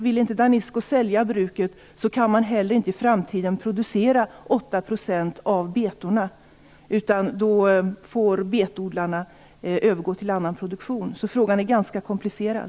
Vill Danesco inte sälja bruket kan man i framtiden inte heller producera 8 % av betorna. Då får betodlarna i stället övergå till annan produktion. Frågan är alltså ganska komplicerad.